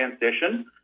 transition